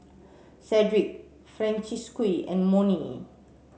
Sedrick Francisqui and Monnie